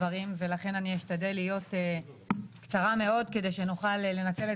הדברים ולכן אני אשתדל להיות קצרה מאוד כדי שנוכל לנצל את